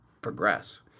progress